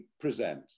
present